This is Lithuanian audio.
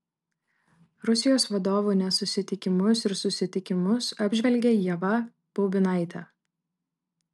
rusijos vadovų nesusitikimus ir susitikimus apžvelgia ieva baubinaitė